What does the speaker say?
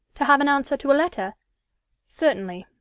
to have an answer to a letter certainly,